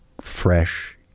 fresh